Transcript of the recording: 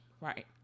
right